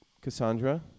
Cassandra